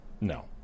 No